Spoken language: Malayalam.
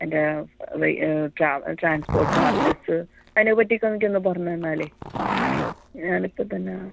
എൻ്റെ ട്രാൻസ് ട്രാൻസ്പോർട്ട് ചാർജസ് അതിനെ പറ്റിയൊക്കെ ഒന്ന് പറഞ്ഞ് തന്നാൽ ഞാൻ ഇപ്പം തന്നെ